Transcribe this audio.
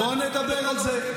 בוא נדבר על זה.